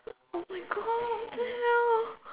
oh my God what the hell